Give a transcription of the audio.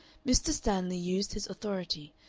mr. stanley used his authority,